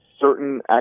certain